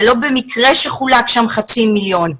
לא במקרה חולקו שם חצי מיליון שקלים.